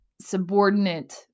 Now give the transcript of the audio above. subordinate